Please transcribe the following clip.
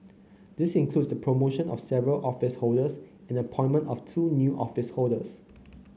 this includes the promotion of several office holders and the appointment of two new office holders